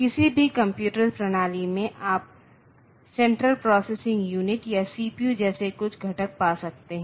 किसी भी कंप्यूटर प्रणाली में आप सेंट्रल प्रोसेसिंग यूनिट या सीपीयू जैसे कुछ घटक पा सकते हैं